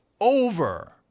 over